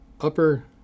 upper